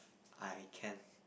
I can